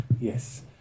Yes